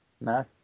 no